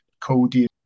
Cody